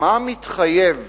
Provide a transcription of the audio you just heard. מה מחייב